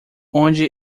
onde